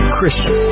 Christian